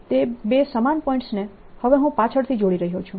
તે બે સમાન પોઈન્ટ્સને હવે હું પાછળથી જોડી રહ્યો છું